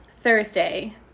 Thursday